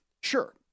Sure